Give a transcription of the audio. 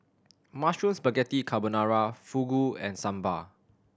Mushroom Spaghetti Carbonara Fugu and Sambar